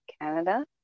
Canada